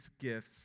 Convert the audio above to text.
gifts